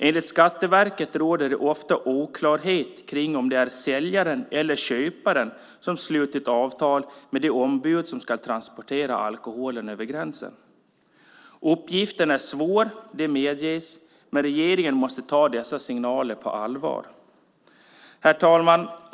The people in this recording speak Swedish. Enligt Skatteverket råder det ofta oklarheter kring om det är säljaren eller köparen som slutit avtal med det ombud som ska transportera alkoholen över gränsen. Uppgiften är svår, det medges, men regeringen måste ta dessa signaler på allvar. Herr talman!